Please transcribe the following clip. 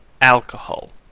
alcohol